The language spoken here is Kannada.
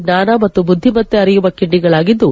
ಜ್ವಾನ ಮತ್ತು ಬುದ್ದಿಮತ್ತೆ ಅರಿಯುವ ಕಿಂಡಿಗಳಾಗಿದ್ದು